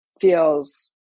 feels